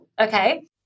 okay